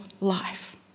life